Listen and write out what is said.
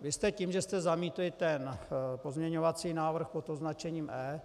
Vy jste tím, že jste zamítli ten pozměňovací návrh pod označením E,